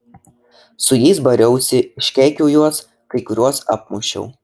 su jais bariausi iškeikiau juos kai kuriuos apmušiau